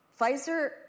Pfizer